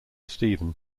stephen